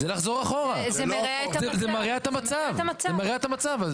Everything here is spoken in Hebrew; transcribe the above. זה מרע את המצב.